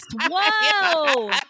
Whoa